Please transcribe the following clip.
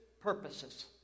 purposes